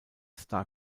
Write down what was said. star